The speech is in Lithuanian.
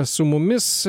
su mumis